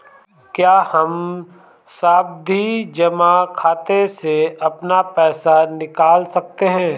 क्या हम सावधि जमा खाते से अपना पैसा निकाल सकते हैं?